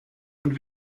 und